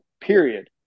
period